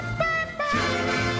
baby